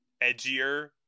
edgier